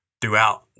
throughout